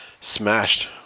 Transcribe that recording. smashed